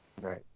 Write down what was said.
right